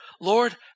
Lord